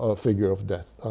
ah figure of death,